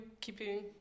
keeping